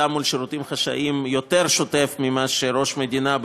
מול שירותים חשאיים באופן יותר שוטף ממה שראש מדינה,